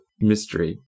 mystery